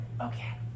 Okay